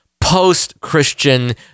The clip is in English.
post-Christian